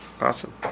Awesome